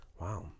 Wow